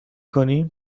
کنی